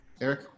Eric